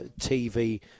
TV